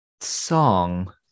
song